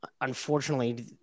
unfortunately